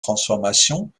transformation